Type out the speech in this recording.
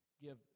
Give